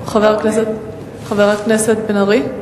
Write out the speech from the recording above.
חבר הכנסת בן-ארי?